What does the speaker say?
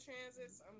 transits